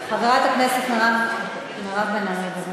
חברת הכנסת מירב בן ארי, בבקשה.